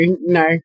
no